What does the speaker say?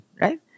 right